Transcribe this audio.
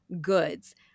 goods